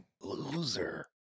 loser